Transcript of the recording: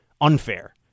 unfair